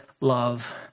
love